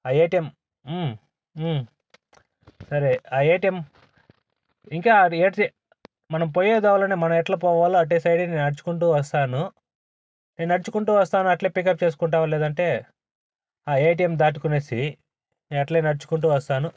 ATM సరే ఆ ATM ఇంకా అది ఎడచి మనం పొయ్యే దారిలోనే మనం ఎట్లా పోవాలో అటు సైడు నడుచుకుంటు వస్తాను నేను నడుచుకుంటు వస్తాను అట్లే పికప్ చేసుకుంటావా లేదంటే ఏటీఎం దాటుకొని నేను అట్టే నడుచుకుంటు వస్తాను